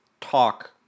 talk